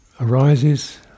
arises